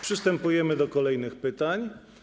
Przystępujemy do kolejnych pytań.